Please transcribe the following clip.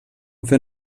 fer